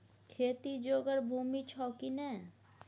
खेती जोगर भूमि छौ की नै?